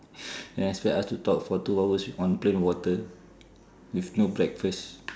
and expect us to talk for two hours with one plain water with no breakfast